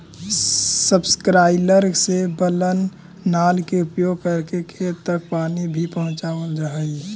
subsoiler से बनल नाल के उपयोग करके खेत तक पानी भी पहुँचावल जा हई